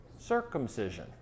circumcision